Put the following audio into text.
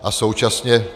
A současně...